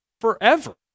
forever